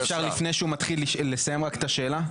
אפשר לפני שהוא מתחיל לסיים את השאלה?